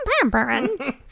pampering